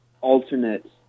alternate